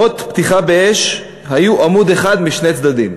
הוראות פתיחה באש היו דף אחד משני צדדים.